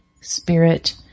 spirit